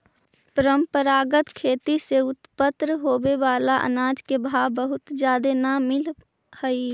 परंपरागत खेती से उत्पन्न होबे बला अनाज के भाव बहुत जादे न मिल हई